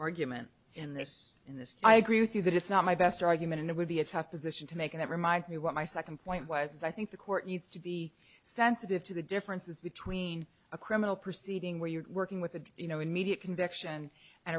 argument in this in this i agree with you that it's not my best argument and it would be a tough position to make and it reminds me what my second point was is i think the court needs to be sensitive to the differences between a criminal proceeding where you're working with a you know immediate conviction and